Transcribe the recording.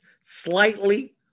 slightly